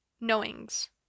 knowings